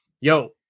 yo